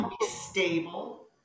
stable